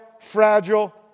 fragile